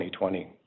2020